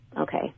okay